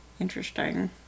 Interesting